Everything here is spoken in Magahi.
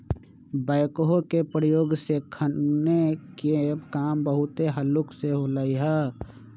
बैकहो के प्रयोग से खन्ने के काम बहुते हल्लुक हो गेलइ ह